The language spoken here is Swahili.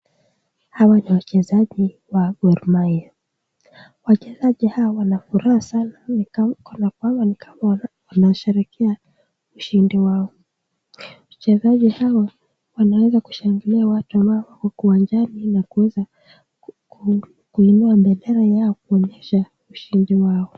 Hawa ni wachezaji wa Gormahia. Wachezaji hawa wanafuraha sana kana kwamba wanasherehekea ushindi wao. Wachezaji hawa wanaweza kushangilia watu wao kwaherini na kuinua bendera yao kuonyesha ushindi wao.